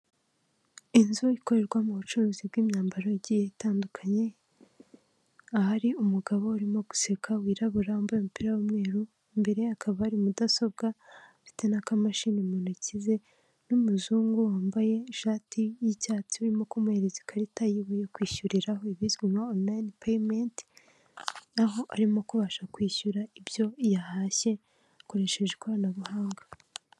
Inzu ikorerwamo ubucuruzi bw'imyambaro igiye itandukanye, ahari umugabo urimo guseka wirabura wambaye umupira w'umweru, imbere akaba ari mudasobwa ndetse n'akamashini mu ntoki ze n'umuzungu wambaye ishati y'icyatsi urimo kumuhereza ikarita y'iwe yo kwishyuriraho ibizwi nka Online payimenti, aho arimo kubasha kwishyura ibyo yahashye hakoreshejwe ikoranabuhanga.